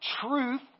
truth